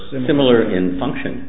similar in function